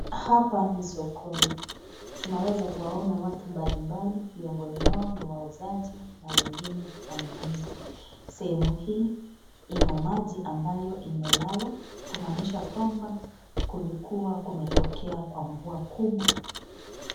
Hapa ni sokoni ,tunaweza kuwaona watu mbalimbali miongoni mwao ni wauuzaji na wengine wanunuzi. Sehemu hii ina maji ambayo imelala, kumanisha kwamba kulikuwa kumetokea kwa mvua kubwa....